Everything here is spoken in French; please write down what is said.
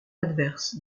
adverses